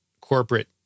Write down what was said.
corporate